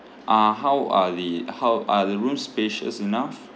uh how are the how are the room spacious enough